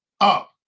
up